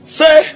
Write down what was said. say